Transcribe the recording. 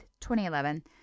2011